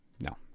no